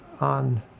on